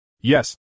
Yes